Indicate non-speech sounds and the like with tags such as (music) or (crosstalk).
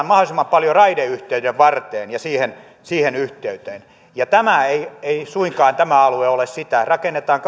(unintelligible) mahdollisimman paljon raideyhteyden varteen ja siihen siihen yhteyteen tämä alue ei suinkaan ole sitä rakennetaan (unintelligible)